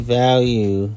value